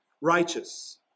righteous